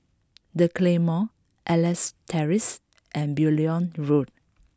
the Claymore Elias Terrace and Beaulieu Road